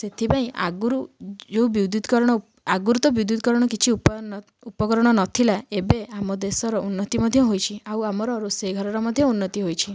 ସେଥିପାଇଁ ଆଗରୁ ଯେଉଁ ବିଦ୍ୟୁତ୍କରଣ ଆଗୁରୁ ତ ବିଦ୍ୟୁତ୍କରଣ କିଛି ଉପକରଣ ନଥିଲା ଏବେ ଆମ ଦେଶର ଉନ୍ନତି ମଧ୍ୟ ହୋଇଛି ଆଉ ଆମ ରୋଷେଇ ଘରର ମଧ୍ୟ ଉନ୍ନତି ହୋଇଛି